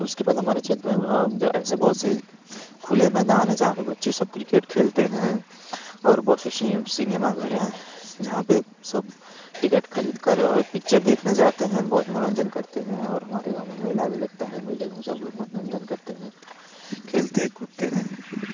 उसके बाद हमारे क्षेत्र में जो ऐसे बहुत से खुले मैदान हैं जहाँ पे बच्चे सब क्रिकेट खेलते हैं और बहुत से शि सिनेमा घर हैं जहाँ पे सब टिकट ख़रीदकर पिक्चर देखने जाते हैं बहुत मनोरंजन करते हैं और हमारे गाँव में मेला भी लगता है मेले में सब लोग मनोरंजन करते हैं खेलते कूदते हैं